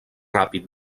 ràpid